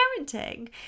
parenting